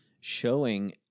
showing